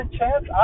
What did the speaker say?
chance